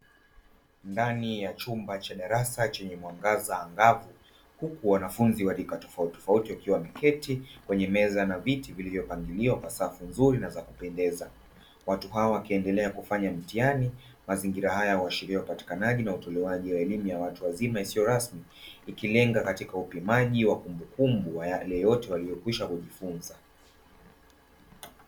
Ndani ya chumba cha darasa chenye mwangaza angavu huku wanafunzi wa rika tofautitofauti, wakiwa wameketi kwenye meza na viti vilivyopangiliwa kwa safu nzuri na za kupendeza watu hawa wakiendelea kufanya mtihani. Mazingira haya huashiria upatikanaji na utolewaji wa elimu ya watu wazima isiyo rasmi, ikilenga katika upimaji wa kumbukumbu ya yale yote waliyokwisha kujifunza.